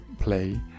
play